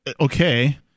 okay